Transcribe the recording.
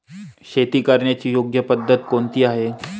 शेती करण्याची योग्य पद्धत कोणती आहे?